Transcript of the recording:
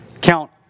count